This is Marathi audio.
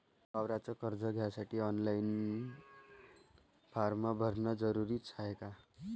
वावराच कर्ज घ्यासाठी ऑनलाईन फारम भरन जरुरीच हाय का?